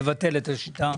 לבטל את השיטה